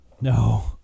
no